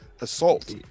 assault